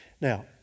Now